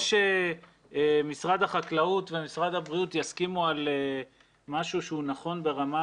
ככל שמשרד החקלאות ומשרד הבריאות יסכימו על משהו שהוא נכון ברמה